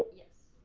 yes.